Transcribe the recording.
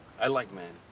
i like manny.